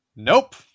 Nope